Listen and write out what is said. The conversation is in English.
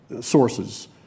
sources